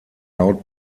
laut